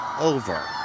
over